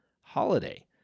holiday